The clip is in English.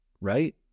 right